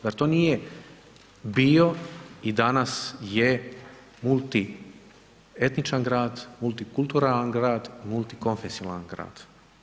Zar to nije bio i danas je multietničan grad, multikulturalan grad, multikonfesionalan grad?